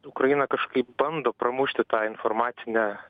ukraina kažkaip bando pramušti tą informacinę